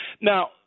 Now